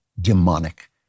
demonic